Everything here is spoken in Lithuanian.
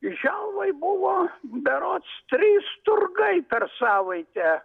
želvoj buvo berods trys turgai per savaitę